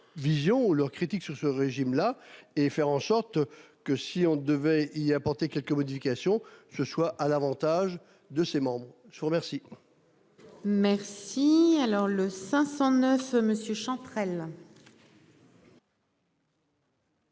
leurs critiques sur ce régime là. Et faire en sorte que si on devait y apporter quelques modifications, ce soit à l'Avantage de ses membres. Je vous remercie. Merci. Alors le 509 monsieur Chantrel.